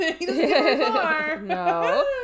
No